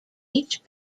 each